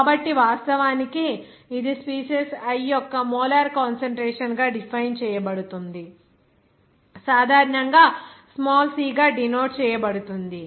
కాబట్టి వాస్తవానికి ఇది స్పీసీస్ i యొక్క మోలార్ కాన్సంట్రేషన్ గా డిఫైన్ చేయబడుతుంది సాధారణంగా స్మాల్ c గా డినోట్ చేయబడుతుంది